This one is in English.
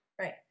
Right